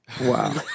Wow